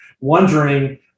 wondering